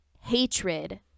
hatred